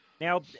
Now